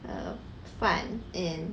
err 饭 and